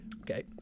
Okay